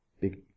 Big